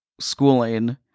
schooling